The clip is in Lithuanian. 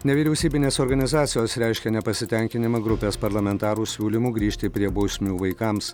nevyriausybinės organizacijos reiškia nepasitenkinimą grupės parlamentarų siūlymu grįžti prie bausmių vaikams